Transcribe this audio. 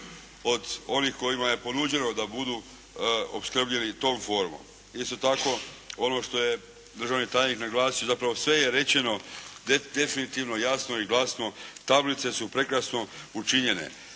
od onih kojima je ponuđeno da budu opskrbljeni tom formom. Isto tako ono što je državni tajnik naglasio, zapravo sve je rečeno definitivno jasno i glasno, tablice su prekrasno učinjene.